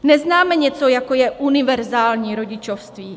Neznáme něco, jako je univerzální rodičovství.